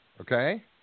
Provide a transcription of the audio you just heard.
okay